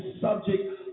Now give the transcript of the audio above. subject